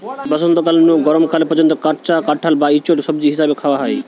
বসন্তকাল নু গরম কাল পর্যন্ত কাঁচা কাঁঠাল বা ইচোড় সবজি হিসাবে খুয়া হয়